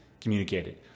communicated